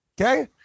Okay